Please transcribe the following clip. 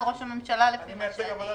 זה משרד ראש הממשלה, לפי מה שאני יודעת.